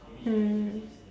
mm